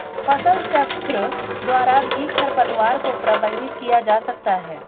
फसलचक्र द्वारा भी खरपतवार को प्रबंधित किया जा सकता है